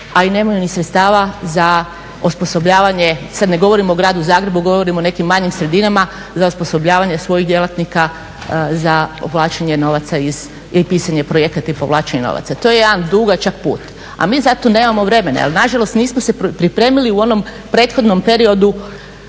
a i nemaju ni sredstava za osposobljavanje, sad ne govorim o Gradu Zagrebu, govorim o nekim manjim sredinama, za osposobljavanje svojih djelatnika za povlačenje novaca, pisanje projekata i povlačenje novac. To je jedan dugačak put, a mi zato nemamo vremena jer nažalost nismo se pripremili u onom prethodnom periodu,